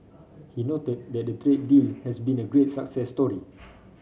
he noted that the trade deal has been a great success story